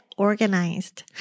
organized